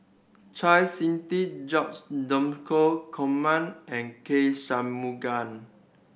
Chau Sik Ting George Dromgold Coleman and K Shanmugam